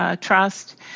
trust